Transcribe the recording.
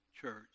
church